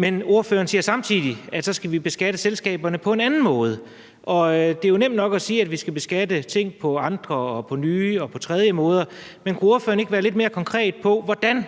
siger ordføreren, at vi så skal beskatte selskaberne på en anden måde. Og det er jo nemt nok at sige, at vi skal beskatte ting på andre og på nye og på tredje måder, men kunne ordføreren ikke være lidt mere konkret på, hvordan